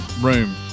room